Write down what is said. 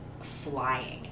flying